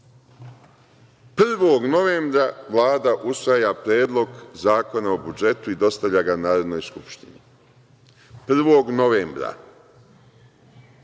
1. novembra Vlada usvaja Predlog zakona o budžetu i dostavlja ga Narodnoj skupštini, 1. novembra,